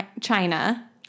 China